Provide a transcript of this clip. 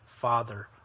father